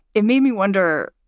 it made me wonder,